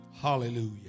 Hallelujah